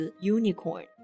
unicorn